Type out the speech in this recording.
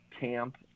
camp